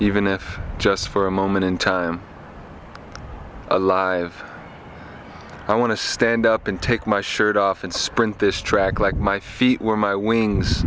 even if just for a moment in time live i want to stand up and take my shirt off and sprint this track like my feet were my wings